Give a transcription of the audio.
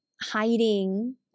hiding